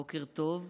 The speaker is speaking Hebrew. בוקר טוב.